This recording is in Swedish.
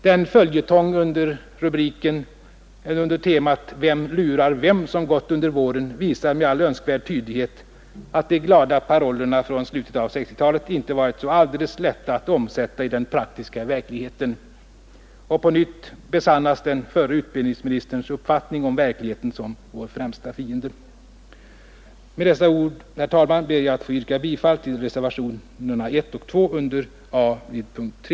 Den följetong under temat ”Vem lurar vem?” som gått under våren visar med all önskvärd tydlighet, att de glada parollema från slutet av 1960-talet inte varit så alldeles lätta att omsätta i den praktiska verkligheten. Och på nytt besannas den förre utbildningsministerns uppfattning om verkligheten som vår främsta fiende. Med dessa ord ber jag, herr talman, att få yrka bifall till reservationerna A 1 och A 2 vid punkten 3.